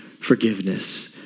forgiveness